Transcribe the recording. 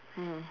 mm